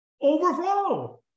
overflow